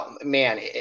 man